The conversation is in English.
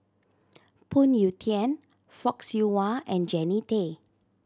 Phoon Yew Tien Fock Siew Wah and Jannie Tay